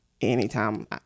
Anytime